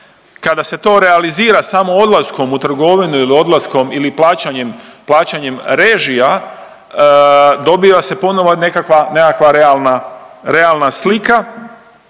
kada se to realizira samo odlaskom u trgovinu ili odlaskom ili plaćanjem, plaćanjem režija dobiva se ponovno nekakva realna,